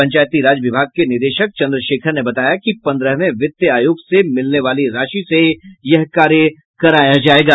पंचायती राज विभाग के निदेशक चंद्रशेखर ने बताया कि पंद्रहवें वित्त आयोग से मिलने वाली राशि से यह कार्य कराया जायेगा